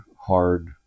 hard